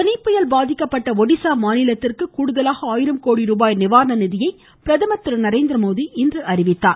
போனி புயல் பாதிக்கப்பட்ட ஒடிசா மாநிலத்திற்கு கூடுதலாக ஆயிரம் கோடி ரூபாய் நிவாரண நிதியை பிரதமர் திரு நரேந்திரமோடி இன்று அறிவித்தார்